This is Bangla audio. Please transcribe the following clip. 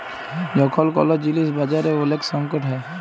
যখল কল জিলিস বাজারে ওলেক সংকট হ্যয়